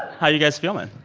how are you guys feeling?